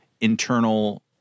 internal